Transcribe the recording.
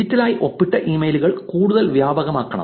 ഡിജിറ്റലായി ഒപ്പിട്ട ഇമെയിലുകൾ കൂടുതൽ വ്യാപകമാകണം